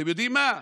אתם יודעים מה,